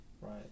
Right